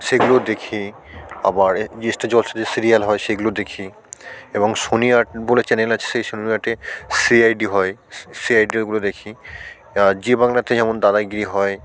সেগুলো দেখি আবার স্টার জলসা যে সিরিয়াল হয় সেগুলো দেখি এবং সোনি আট বলে চ্যানেল আছে সেই সোনি আটে সি আই ডি হয় সি আই ডিরগুলো দেখি জি বাংলাতে যেমন দাদাগিরি হয়